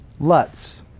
luts